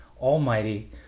Almighty